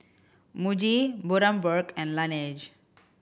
Muji Bundaberg and Laneige